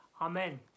Amen